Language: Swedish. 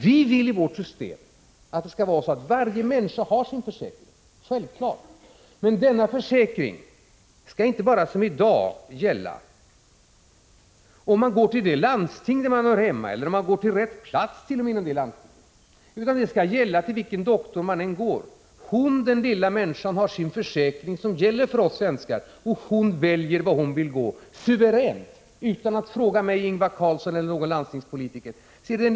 Vi vill i vårt system att varje människa skall ha sin försäkring, men denna försäkring skall inte som i dag gälla bara om man går till det landsting där man hör hemma ellert.o.m. bara om man går till rätt plats inom det landstinget, utan den skall gälla vilken doktor man än går till. Den lilla människan har sin försäkring, som gäller för oss svenskar, och hon väljer vart hon vill gå, suveränt, utan att fråga mig, Ingvar Carlsson eller någon landstingspolitiker.